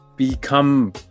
become